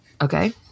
Okay